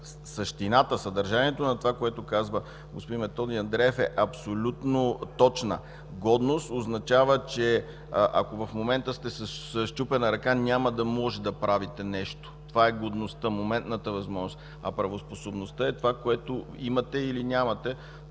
същината, съдържанието на това, което казва господин Методи Андреев, е абсолютно точна. „Годност” означава, че ако в момента сте със счупена ръка няма да можете да правите нещо. Това е годността – моментната възможност, а правоспособността е това, което имате или нямате